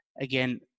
again